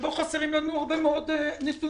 שבו חסרים לנו הרבה מאוד נתונים.